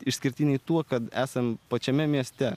išskirtiniai tuo kad esam pačiame mieste